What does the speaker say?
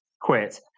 quit